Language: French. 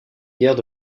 guerres